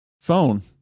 phone